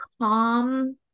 calm